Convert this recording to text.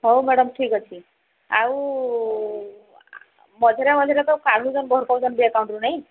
ହଉ ମ୍ୟାଡ଼ମ୍ ଠିକ୍ ଅଛି ଆଉ ମଝିରେ ମଝିରେ ତ କାଢୁଛନ୍ ଭରି ଥାଉଛନ୍ତି ବି ଆକାଉଣ୍ଟରୁ ନାଇଁ